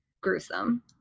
gruesome